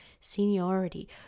seniority